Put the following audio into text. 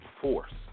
force